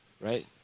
Right